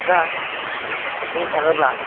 दा बुंनो थाङोब्ला